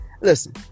Listen